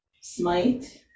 smite